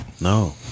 No